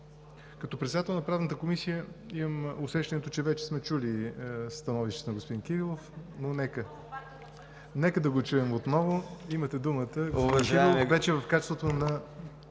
Като председател на Правната комисия имам усещането, че вече сме чули становището на господин Кирилов, но нека да го чуем отново. Имате думата,